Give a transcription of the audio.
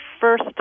first